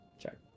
check